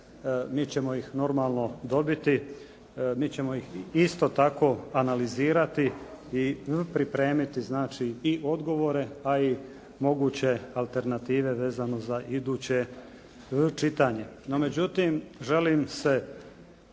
mi ćemo ih normalno dobiti, mi ćemo ih isto tako analizirati i pripremiti znači i odgovore a i moguće alternative vezano za iduće čitanje.